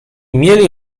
mieli